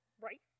right